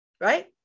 right